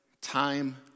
time